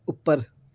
ਉੱਪਰ